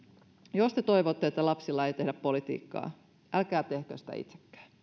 jos te toivotte että lapsilla ei tehdä politiikkaa älkää tehkö sitä itsekään